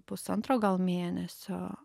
pusantro gal mėnesio